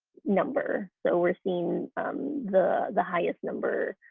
number, so we're seeing the the highest number